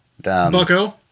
Bucko